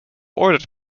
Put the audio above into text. ordered